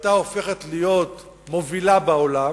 והיתה הופכת להיות מובילה בעולם,